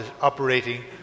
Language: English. operating